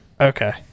Okay